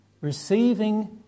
receiving